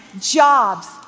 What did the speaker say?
jobs